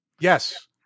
Yes